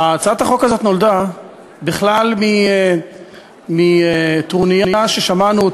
הצעת החוק הזאת נולדה בכלל מטרוניה ששמענו,